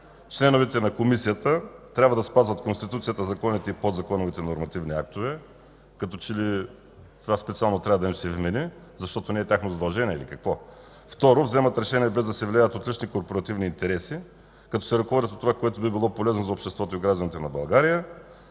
членовете на Комисията трябва да спазват Конституцията, законите и подзаконовите нормативни актове. Като че ли това специално трябва да им се вмени, защото не е тяхно задължение ли, какво?! Второ, вземат решение, без да се влияят от лични и корпоративни интереси, като се ръководят от това, което би било полезно за обществото и гражданите на България.